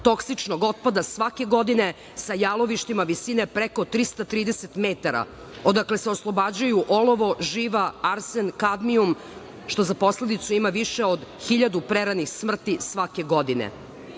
toksičnog otpada svake godine, sa jalovištima visine preko 330 metara, odakle se oslobađaju olovo, živa, arsen, kadmijum, što za posledicu ima više od hiljadu preranih smrti svake godine.